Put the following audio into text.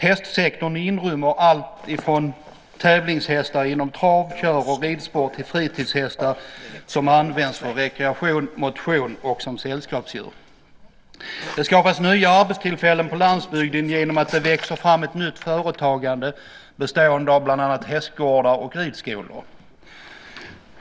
Hästsektorn inrymmer allt ifrån tävlingshästar inom trav-, kör och ridsport till fritidshästar som används för rekreation, motion och som sällskapsdjur. Det skapas nya arbetstillfällen på landsbygden genom att det växer fram ett nytt företagande bestående av bland annat hästgårdar och ridskolor.